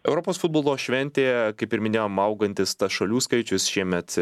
europos futbolo šventėje kaip ir minėjom augantis šalių skaičius šiemet